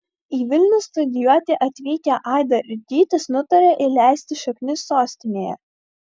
į vilnių studijuoti atvykę aida ir gytis nutarė įleisti šaknis sostinėje